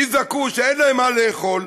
יזעקו שאין להם מה לאכול,